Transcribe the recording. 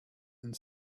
and